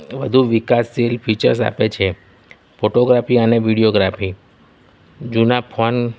વધુ વિકાસશીલ ફીચર્સ આપે છે ફોટોગ્રાફી અને વિડીયોગ્રાફી જૂના ફોન